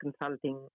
consulting